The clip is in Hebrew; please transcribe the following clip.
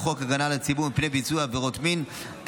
וחוק הגנה על הציבור מפני ביצוע עבירות מין,